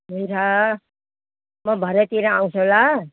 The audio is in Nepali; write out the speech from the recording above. हुन्छ म भरैतिर आउँछु ल